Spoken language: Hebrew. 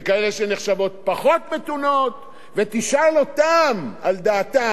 ותשאל אותן על דעתן על מה שעושה אירן במירוץ הגרעיני.